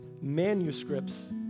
manuscripts